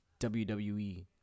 WWE